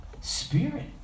Spirit